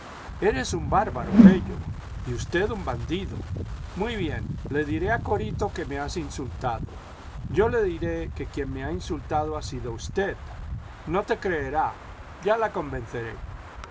eres un bárbaro pello y usted un bandido muy bien le diré a corito que me has insultado yo le diré que quien me ha insultado ha sido usted no te creerá ya la convenceré